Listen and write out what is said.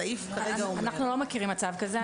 הסעיף כרגע אומר --- אנחנו לא מכירים מצב כזה,